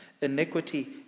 Iniquity